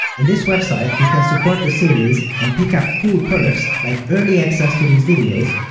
in this website, you can support the series and pick up cool perks like early access to these videos,